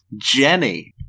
Jenny